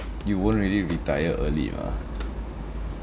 you won't really retire early ah